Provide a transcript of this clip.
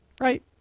Right